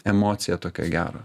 emociją tokią gerą